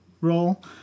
role